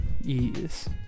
Yes